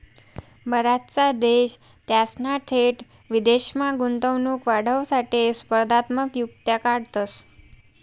बराचसा देश त्यासना थेट विदेशमा गुंतवणूक वाढावासाठे स्पर्धात्मक युक्त्या काढतंस